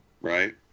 right